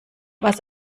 was